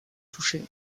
touchées